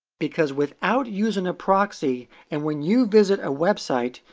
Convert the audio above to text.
because without using a proxy and when you visit a website,